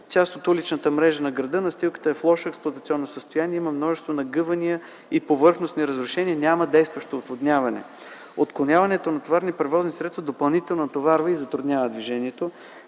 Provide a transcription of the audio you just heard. част от уличната мрежа на града. Настилката е в лошо експлоатационно състояние, има множество нагъвания и повърхностни разрушения, няма действащо отводняване. Отклоняването на товарни превозни средства допълнително натоварва и затруднява движението.